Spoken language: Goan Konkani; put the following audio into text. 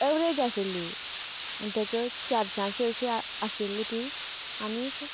एवरेज आशिल्ली म्हणटकच चारश्यांची अशी आशिल्ली ती आनीक